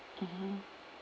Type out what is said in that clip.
mmhmm